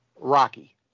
Rocky